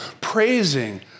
praising